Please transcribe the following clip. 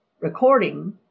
recording